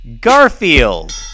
Garfield